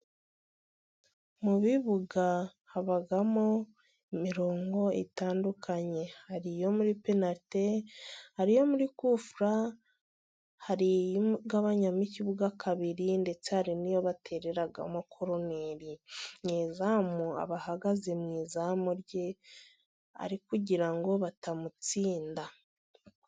Mu bibuga habamo imirongo itandukanye hari iyo muri penalite ,hari iyo muri kufura, hari igabanyamo ikibuga kabiri ndetse hari n'iyo batereramo koroneri ,nyezamu aba ahagaze mu izamu rye ari kugira ngo batamutsinda.